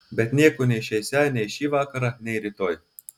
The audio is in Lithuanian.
bet nieko neišeisią nei šį vakarą nei rytoj